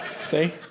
See